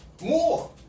More